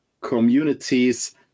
communities